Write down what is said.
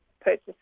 purchase